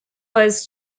was